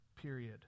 period